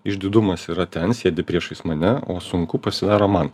išdidumas yra ten sėdi priešais mane o sunku pasidaro man